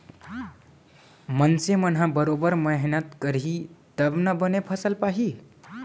मनसे मन ह बरोबर मेहनत करही तब ना बने फसल पाही